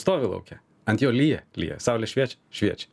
stovi lauke ant jo lyja lyja saulė šviečia šviečia